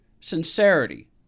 sincerity